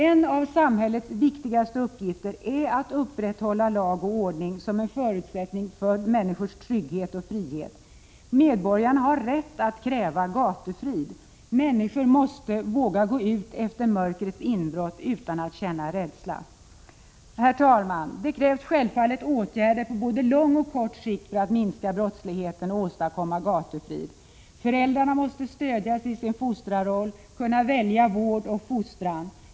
En av samhällets viktigaste uppgifter är att upprätthålla lag och ordning som en förutsättning för människors trygghet och frihet. Medborgarna har rätt att kräva gatufrid! Människor måste våga gå ut efter mörkrets inbrott utan att känna rädsla. Herr talman! Det krävs självfallet åtgärder på både lång och kort sikt för att minska brottsligheten och åstadkomma gatufrid. Föräldrarna måste stödjas i sin fostrarroll och kunna välja vård och fostran.